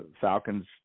Falcons